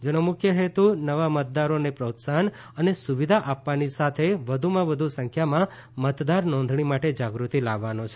જેનો મુખ્ય હેતુ નવા મતદારોને પ્રોત્સાફન અને સુવિધા આપવાની સાથે વધુમાં વધુ સંખ્યામાં મતદાર નોંધણી માટે જાગૃતિ લાવવાનો છે